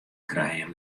krijen